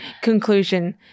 conclusion